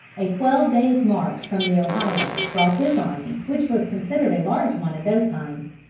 a twelve days' march from the ohio brought this army, which was considered a large one in those times,